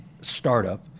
startup